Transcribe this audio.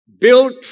built